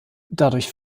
dadurch